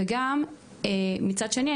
מצד שני,